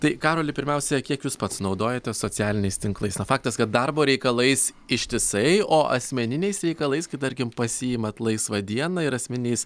tai karoli pirmiausia kiek jūs pats naudojatės socialiniais tinklais na faktas kad darbo reikalais ištisai o asmeniniais reikalais kai tarkim pasiimat laisvą dieną ir asmeniniais